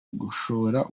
gushora